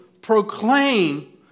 proclaim